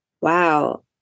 wow